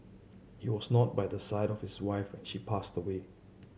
he was not by the side of his wife when she passed away